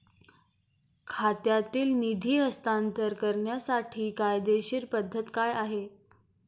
खात्यातील निधी हस्तांतर करण्याची कायदेशीर पद्धत काय आहे?